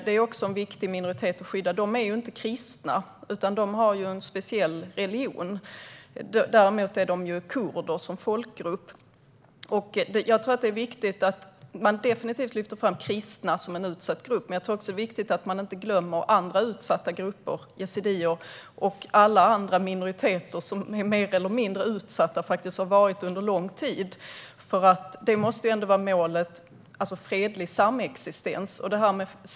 De är också en viktig minoritet att skydda. De är inte kristna, utan de har en speciell religion. Däremot är de kurder som folkgrupp. Det är definitivt viktigt att lyfta fram kristna som en utsatt grupp, men jag tror också att det är viktigt att man inte glömmer andra grupper som yazidier och alla andra minoriteter som är mer eller mindre utsatta och har varit det under lång tid. Målet måste vara fredlig samexistens.